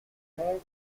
mutations